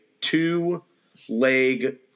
two-leg